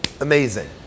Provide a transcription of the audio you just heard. amazing